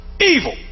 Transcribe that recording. Evil